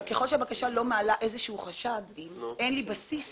ככל שהבקשה לא מעלה איזה שהוא חשד, אין לי בסיס